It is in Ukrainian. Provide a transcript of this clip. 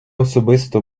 особисто